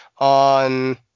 on